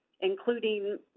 including